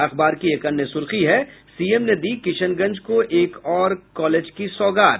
अखबार की एक अन्य सुर्खी है सीएम ने दी किशनगंज को एक और कॉलेज की सौगात